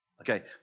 Okay